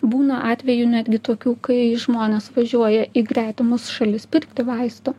būna atvejų netgi tokių kai žmonės važiuoja į gretimus šalis pirkti vaistų